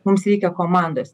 mums reikia komandos